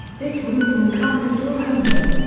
this ruling encompassed all homeless,